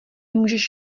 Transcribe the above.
můžeš